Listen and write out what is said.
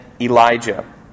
Elijah